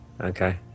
Okay